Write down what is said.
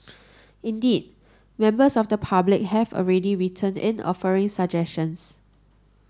indeed members of the public have already written in offering suggestions